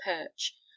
perch